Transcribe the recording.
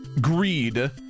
Greed